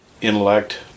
intellect